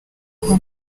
aho